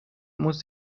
muss